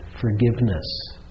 forgiveness